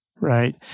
Right